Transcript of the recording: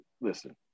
Listen